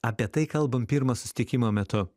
apie tai kalbam pirmo susitikimo metu